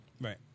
Right